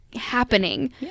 happening